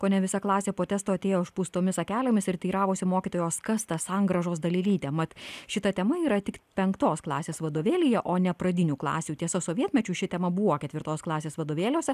kone visa klasė po testo atėjo išpūstomis akelėmis ir teiravosi mokytojos kas ta sangrąžos dalelytė mat šita tema yra tik penktos klasės vadovėlyje o ne pradinių klasių tiesa sovietmečiu ši tema buvo ketvirtos klasės vadovėliuose